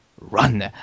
run